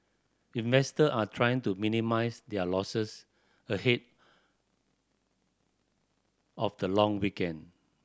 investor are trying to minimise their losses ahead of the long weekend